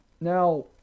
Now